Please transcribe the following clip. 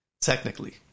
Technically